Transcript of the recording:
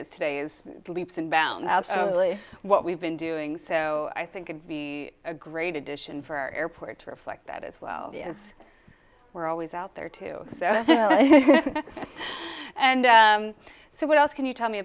is today is leaps and bounds absolutely what we've been doing so i think i'd be a great addition for our airport to reflect that as well as we're always out there too and so what else can you tell me